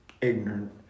ignorant